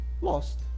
lost